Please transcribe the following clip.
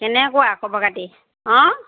কেনেকুৱা খবৰ খাতি অঁ